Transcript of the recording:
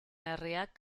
herriak